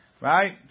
Right